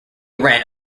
ran